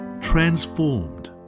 transformed